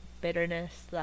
bitterness